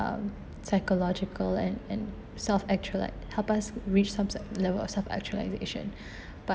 um psychological and and self-actual~ help us reach some sel~ level of self-actualisation but